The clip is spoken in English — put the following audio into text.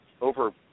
over